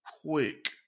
quick